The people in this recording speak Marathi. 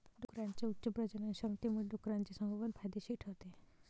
डुकरांच्या उच्च प्रजननक्षमतेमुळे डुकराचे संगोपन फायदेशीर ठरते